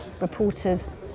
reporters